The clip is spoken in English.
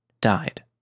died